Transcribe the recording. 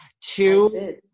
Two